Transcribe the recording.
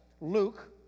Luke